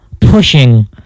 pushing